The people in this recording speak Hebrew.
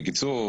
כרופאים,